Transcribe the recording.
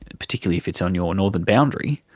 particularly if it's on your northern boundary,